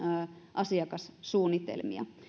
asiakassuunnitelmia